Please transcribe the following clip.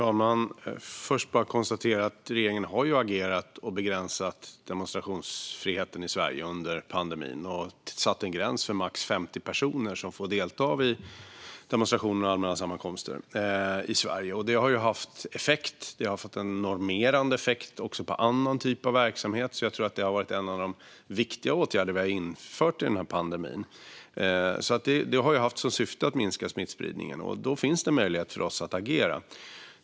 Fru talman! Först vill jag bara konstatera att regeringen har agerat och begränsat demonstrationsfriheten i Sverige under pandemin: Vi har satt en gräns så att max 50 personer får delta vid demonstrationer och allmänna sammankomster i Sverige. Det har haft effekt. Det har även fått normerande effekt på annan typ av verksamhet, så jag tror att det har varit en av de viktigare åtgärderna vi har vidtagit i den här pandemin. Det har alltså haft som syfte att minska smittspridningen, och det finns möjlighet för oss att agera.